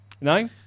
No